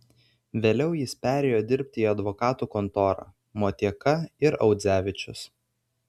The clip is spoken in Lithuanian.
vėliau jis perėjo dirbti į advokatų kontorą motieka ir audzevičius